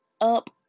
up